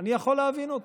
אני יכול להבין אותו.